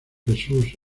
jesús